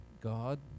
God